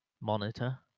monitor